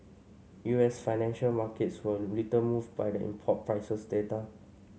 U S financial markets were little moved by the import prices data